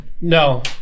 No